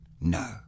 No